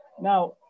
Now